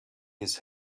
his